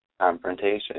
confrontation